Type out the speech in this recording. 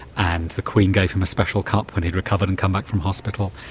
and the queen gave him a special cup when he'd recovered and come back from hospital.